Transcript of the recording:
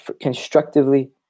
constructively